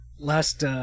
last